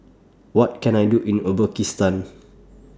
What Can I Do in Uzbekistan